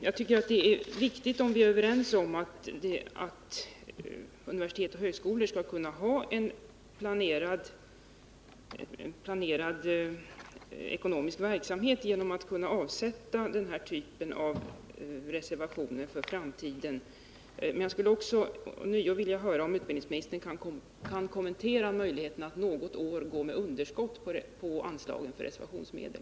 Jag tycker det är viktigt att vi är överens om att universitet och högskolor skall kunna ha en planerad ekonomisk verksamhet genom att kunna avsätta den här typen av reserverade medel för framtiden. Men jag skulle ånyo vilja höra om utbildningsministern kan kommentera möjligheten för dem att något år gå med underskott på anslagen för reservationsmedel.